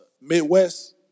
Midwest –